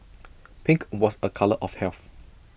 pink was A colour of health